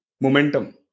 momentum